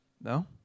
No